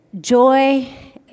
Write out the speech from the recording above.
Joy